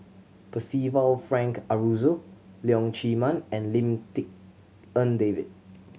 Percival Frank Aroozoo Leong Chee Mun and Lim Tik En David